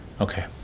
Okay